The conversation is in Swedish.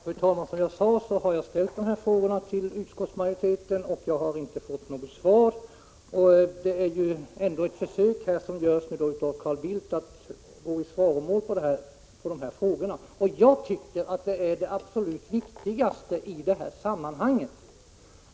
Fru talman! Som jag sade har jag ställt dessa frågor till utskottsmajoritetens företrädare, men jag har inte fått något svar. Carl Bildt gör nu ett försök att gå i svaromål när det gäller dessa frågor. Jag tycker att detta är det absolut viktigaste i detta sammanhang.